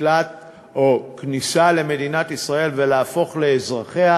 מקלט או כניסה למדינת ישראל ולהפוך לאזרחיה,